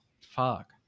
fuck